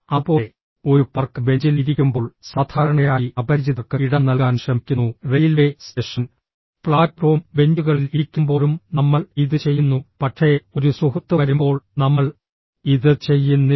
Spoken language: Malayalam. അതുപോലെ ഒരു പാർക്ക് ബെഞ്ചിൽ ഇരിക്കുമ്പോൾ സാധാരണയായി അപരിചിതർക്ക് ഇടം നൽകാൻ ശ്രമിക്കുന്നു റെയിൽവേ സ്റ്റേഷൻ പ്ലാറ്റ്ഫോം ബെഞ്ചുകളിൽ ഇരിക്കുമ്പോഴും നമ്മൾ ഇത് ചെയ്യുന്നു പക്ഷേ ഒരു സുഹൃത്ത് വരുമ്പോൾ നമ്മൾ ഇത് ചെയ്യുന്നില്ല